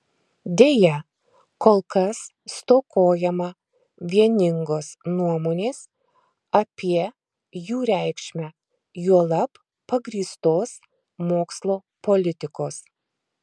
deja kol kas stokojama vieningos nuomonės apie jų reikšmę juolab pagrįstos mokslo politikos